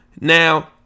Now